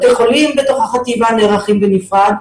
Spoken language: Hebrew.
בתי חולים בתוך החטיבה נערכים בנפרד,